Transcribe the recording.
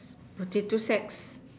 potato sacks